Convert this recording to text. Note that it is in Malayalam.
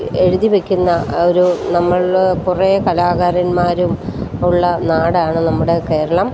എഴുതി വെയ്ക്കുന്ന ഒരു നമ്മൾ കുറേ കലാകാരന്മാരും ഉള്ള നാടാണ് നമ്മുടെ കേരളം